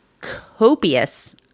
copious